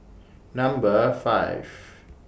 Number five